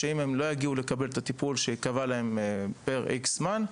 שאם הם לא יגיעו לקבל את הטיפול שייקבע להם פר X זמן,